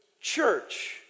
church